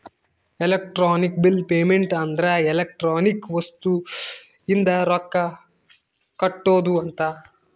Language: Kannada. ಎಲೆಕ್ಟ್ರಾನಿಕ್ ಬಿಲ್ ಪೇಮೆಂಟ್ ಅಂದ್ರ ಎಲೆಕ್ಟ್ರಾನಿಕ್ ವಸ್ತು ಇಂದ ರೊಕ್ಕ ಕಟ್ಟೋದ ಅಂತ